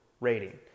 rating